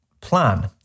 plan